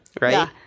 right